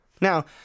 Now